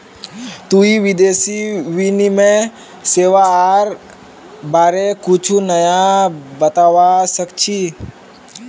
तुई विदेशी विनिमय सेवाआर बारे कुछु नया बतावा सक छी